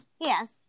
Yes